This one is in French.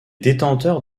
détenteurs